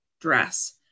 dress